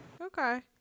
Okay